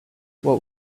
what